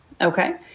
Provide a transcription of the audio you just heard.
Okay